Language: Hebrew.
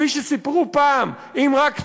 כפי שסיפרו פעם, אם רק תלמד,